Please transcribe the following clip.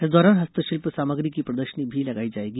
इस दौरान हस्तशिल्प सामग्री की प्रदर्शनी भी लगाई जायेगी